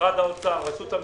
משרד האוצר, רשות המיסים,